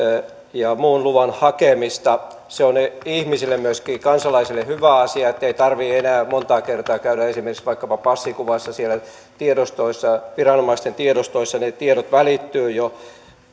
ja muun luvan hakemista helpotetaan se on myöskin ihmisille kansalaisille hyvä asia että ei tarvitse enää montaa kertaa käydä vaikkapa passikuvassa siellä viranomaisten tiedostoissa ne tiedot välittyvät jo